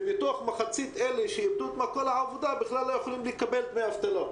ומתוך מחצית אלה שאיבדו את מקום העבודה בכלל לא יכולים לקבל דמי אבטלה.